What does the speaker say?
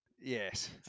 Yes